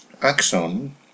axon